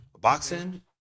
Boxing